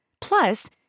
Plus